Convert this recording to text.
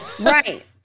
Right